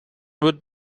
would